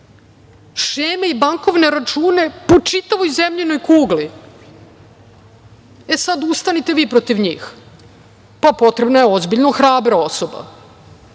šeme i bankovne račune po čitavoj zemljinoj kugli. Sada, ustanite vi protiv njih, pa, potrebno je ozbiljno hrabra osoba,